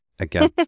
again